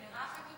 את הצעת חוק